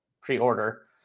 pre-order